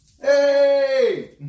Hey